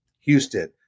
Houston